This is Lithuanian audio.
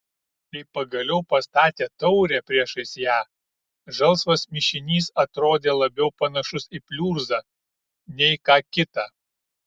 kai pagaliau pastatė taurę priešais ją žalsvas mišinys atrodė labiau panašus į pliurzą nei ką kitą